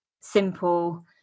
simple